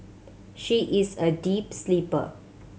she is a deep sleeper